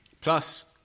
Plus